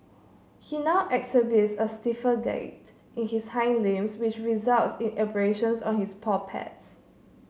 he now exhibits a stiffer gait in his hind limbs which results in abrasions on his paw pads